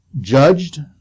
judged